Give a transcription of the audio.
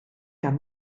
gael